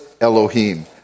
Elohim